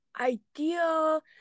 ideal